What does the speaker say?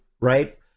right